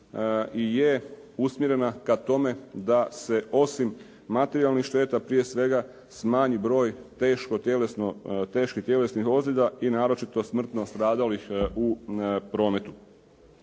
je usmjerena ka tome da se osim materijalnih šteta prije svega smanji broj teških tjelesnih ozljeda i naročito smrtno stradalih u prometu.